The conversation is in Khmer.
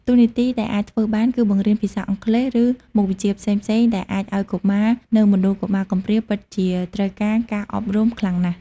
តួនាទីដែលអាចធ្វើបាន គឺបង្រៀនភាសាអង់គ្លេស ឬមុខវិជ្ជាផ្សេងៗដែលអាចឲ្យកុមារនៅមណ្ឌលកុមារកំព្រាពិតជាត្រូវការការអប់រំខ្លាំងណាស់។